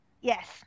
Yes